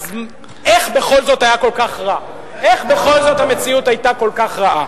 אז איך בכל זאת היה כל כך רע?